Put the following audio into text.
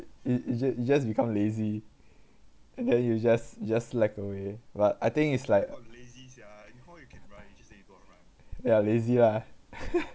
it it j~ it just become lazy and then you just just slack away but I think is like ya lazy lah